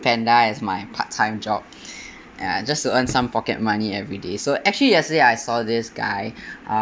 ~panda as my part-time job and just to earn some pocket money everyday so actually yesterday I saw this guy